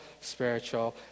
spiritual